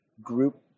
group